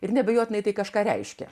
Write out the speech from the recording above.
ir neabejotinai tai kažką reiškia